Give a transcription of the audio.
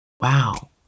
Wow